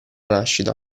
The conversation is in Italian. nascita